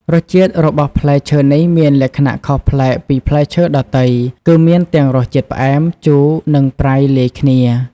រសជាតិរបស់ផ្លែឈើនេះមានលក្ខណៈខុសប្លែកពីផ្លែឈើដទៃ គឺមានទាំងរសជាតិផ្អែម ជូរ និងប្រៃលាយគ្នា